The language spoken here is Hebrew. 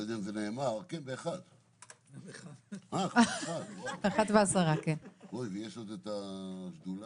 באמת בכל פעם אנחנו מגיעים לפיתרון